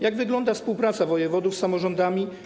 Jak wygląda współpraca wojewodów z samorządami?